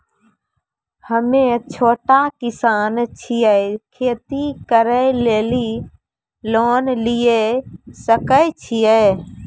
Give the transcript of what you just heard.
हम्मे छोटा किसान छियै, खेती करे लेली लोन लिये सकय छियै?